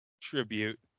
tribute